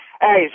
hey